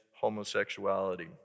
homosexuality